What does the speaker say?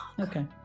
Okay